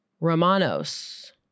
Romanos